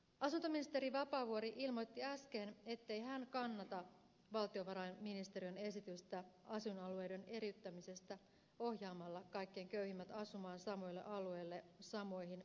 asuntoministeri vapaavuori ilmoitti äsken ettei hän kannata valtiovarainministeriön esitystä asuinalueiden eriyttämisestä ohjaamalla kaikkein köyhimmät asumaan samoille alueille samoihin vuokrataloihin